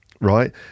right